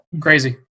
crazy